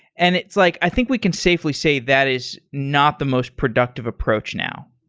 and it's like, i think we can safely say that is not the most productive approach now.